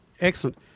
Excellent